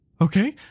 okay